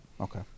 okay